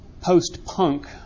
post-punk